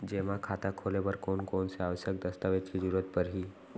जेमा खाता खोले बर कोन कोन से आवश्यक दस्तावेज के जरूरत परही?